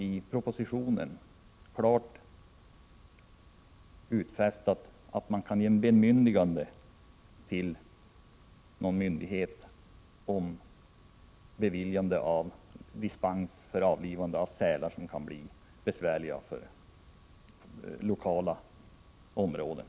I propositionen görs en klar utfästelse om att en myndighet genom ett bemyndigande kan bevilja dispens för avlivande av sälar som är besvärliga i vissa områden.